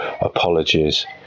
apologies